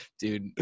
Dude